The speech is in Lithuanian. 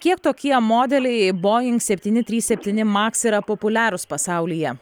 kiek tokie modeliai boing septyni trys septyni maks yra populiarūs pasaulyje